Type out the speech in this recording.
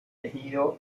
elegido